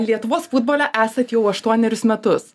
lietuvos futbole esat jau aštuonerius metus